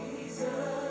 Jesus